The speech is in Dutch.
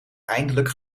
eindelijk